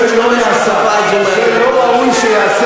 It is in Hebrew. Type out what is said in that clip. הדברים שאמרת, אסור היה שייאמרו.